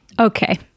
Okay